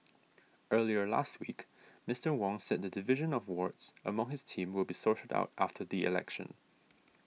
earlier last week Mister Wong said the division of wards among his team will be sorted out after the election